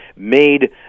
made